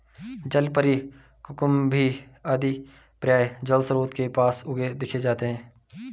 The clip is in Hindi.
जलपरी, कुकुम्भी आदि प्रायः जलस्रोतों के पास उगे दिख जाते हैं